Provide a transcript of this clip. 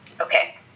Okay